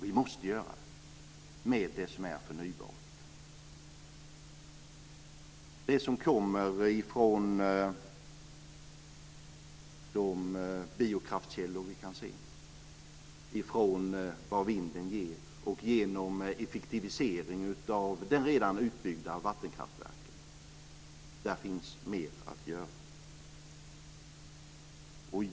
Vi måste göra det med det som är förnybart. Vi ska göra det med det som kommer ifrån de biokraftkällor som vi känner till, med det som vinden ger och genom effektivisering av den redan utbyggda vattenkraften. Där finns mer att göra.